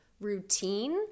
routine